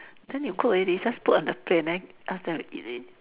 then you cook already just put on the plate and then ask them to eat it